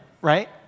right